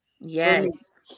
Yes